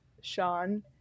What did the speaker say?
Sean